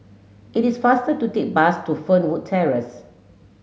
it is faster to take bus to Fernwood Terrace